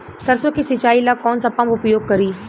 सरसो के सिंचाई ला कौन सा पंप उपयोग करी?